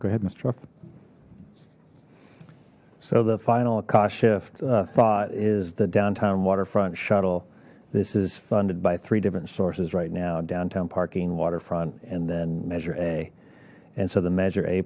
go ahead mister f so the final cost shift thought is the downtown waterfront shuttle this is funded by three different sources right now downtown parking waterfront and then measure a and so the measure a